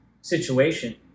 situation